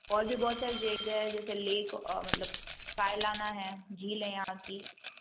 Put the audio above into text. और भी बहुत सारे जगह हैं जैसे लेक और मतलब पाईलाना है झीलें है यहाँ की